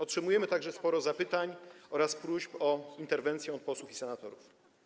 Otrzymujemy także sporo zapytań oraz próśb o interwencję od posłów i senatorów.